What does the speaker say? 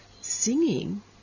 singing